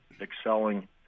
excelling